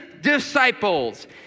disciples